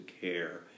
care